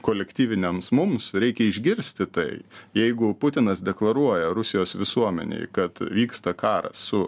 kolektyviniams mums reikia išgirsti tai jeigu putinas deklaruoja rusijos visuomenei kad vyksta karas su